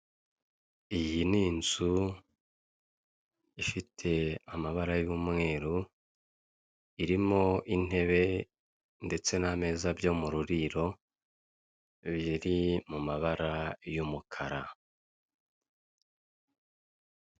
Iyi ni inzu ifite amabara y'umweru, irimo intebe ndetse n'ameza byo mu ruriro, biri mu mabara y'umukara.